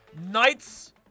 Knights